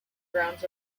grounds